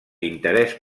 interès